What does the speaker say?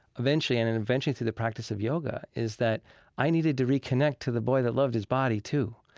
eventually, and and eventually through the practice of yoga, is that i needed to reconnect to the boy that loved his body, too.